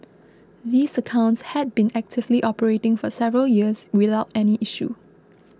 these accounts had been actively operating for several years without any issues